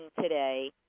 today